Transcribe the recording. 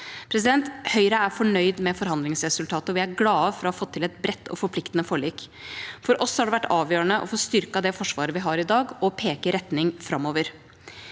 allierte. Høyre er fornøyd med forhandlingsresultatet, og vi er glad for at vi har fått til et bredt og forpliktende forlik. For oss har det vært avgjørende å få styrket det Forsvaret vi har i dag, og å peke ut en retning framover.